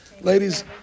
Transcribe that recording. ladies